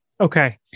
Okay